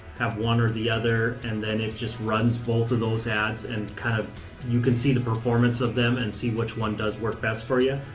have one or the other, and then it just runs both of those ads and kind of you can see the performance of them and see which one does work best for you.